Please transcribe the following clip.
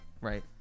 right